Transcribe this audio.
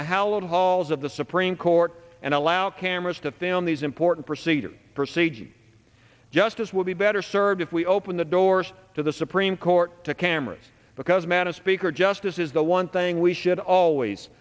halls of the supreme court and allow cameras to film these important procedures procedures justice will be better served if we open the doors to the supreme court to cameras because madam speaker justice is the one thing we should always